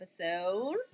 episode